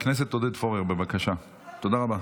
תודה רבה.